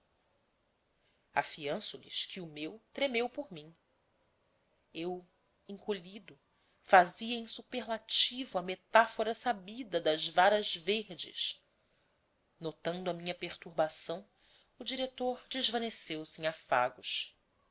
pais afianço lhes que o meu tremeu por mim eu encolhido fazia em superlativo a metáfora sabida das varas verdes notando a minha perturbação o diretor desvaneceu se em afagos